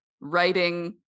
writing